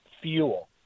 fuel